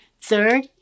Third